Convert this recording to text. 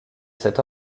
cet